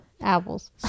Apples